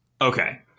okay